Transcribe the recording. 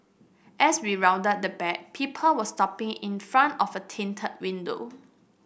as we rounded the back people were stopping in front of a tinted window